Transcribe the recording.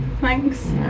Thanks